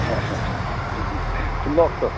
ꯈꯨꯅꯣꯛꯇꯣ